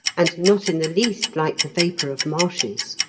and not in the least like the vapour of marshes.